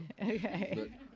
Okay